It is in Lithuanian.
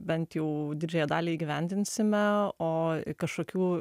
bent jau didžiąją dalį įgyvendinsime o kažkokių